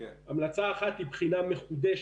המלצה אחת היא בחינה מקיפה